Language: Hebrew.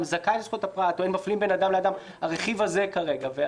זכאי לזכויות הפרט או אין מפלים בין אדם לאדם.